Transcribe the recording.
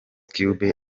cube